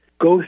go